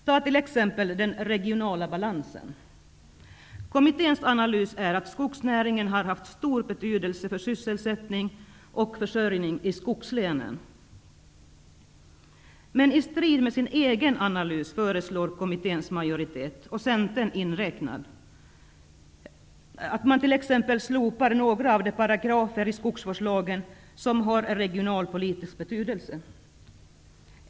Ta t.ex. den regionala balansen. Kommitténs analys är att skogsnäringen har haft stor betydelse för sysselsättning och försörjning i skogslänen. Men i strid med sin egen analys föreslår kommitténs majoritet, Centern inräknat, att man t.ex. skall slopa några av de paragarafer i skogsvårdslagen som har en regionalpolitisk betydelse.